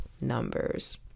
numbers